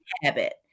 habit